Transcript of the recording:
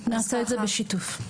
נעשה את זה בשיתוף.